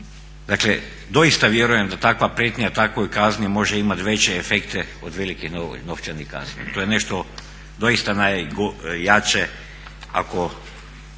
Dakle doista vjerujem da takva prijetnja takvoj kazni može imat veće efekte od velikih novčanih kazni. To je nešto doista najjače ako